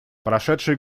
прошедший